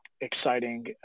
exciting